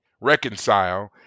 reconcile